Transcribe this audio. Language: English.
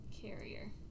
carrier